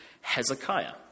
Hezekiah